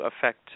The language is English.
affect